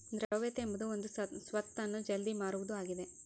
ದ್ರವ್ಯತೆ ಎಂಬುದು ಒಂದು ಸ್ವತ್ತನ್ನು ಜಲ್ದಿ ಮಾರುವುದು ಆಗಿದ